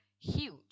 huge